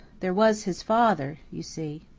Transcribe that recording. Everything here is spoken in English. there was his father, you see.